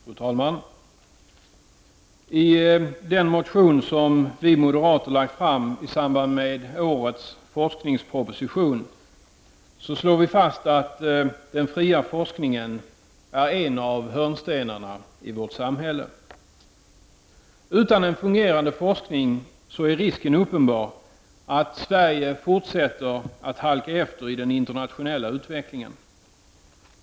Fru talman! I den motion som vi moderater har väckt i samband med årets forskningsproposition slår vi fast att den fria forskningen är en av hörnstenarna i vårt samhälle. Utan en fungerande forskning är risken uppenbar att Sverige fortsätter att halka efter i den internationella utvecklingen.